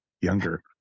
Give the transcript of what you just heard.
Younger